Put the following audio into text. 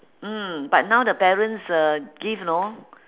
mm but now the parents uh give you know